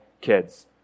kids